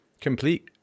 complete